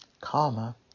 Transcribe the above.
Karma